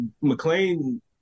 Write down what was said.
McLean